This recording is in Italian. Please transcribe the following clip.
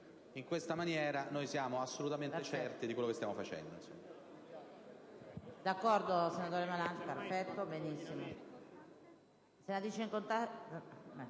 In questa maniera siamo assolutamente certi di quello che stiamo facendo.